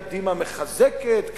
קדימה מחזקת,